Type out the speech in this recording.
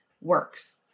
works